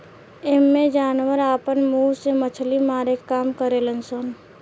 एइमें जानवर आपना मुंह से मछली मारे के काम करेल सन